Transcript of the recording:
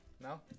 no